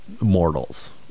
mortals